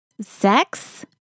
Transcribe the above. sex